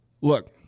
look